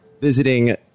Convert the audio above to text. visiting